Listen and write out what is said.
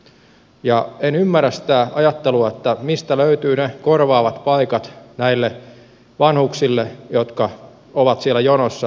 en ymmärrä sitä päinvastaista ajattelua mistä löytyvät ne korvaavat paikat näille vanhuksille jotka ovat siellä jonossa tulevaisuudessa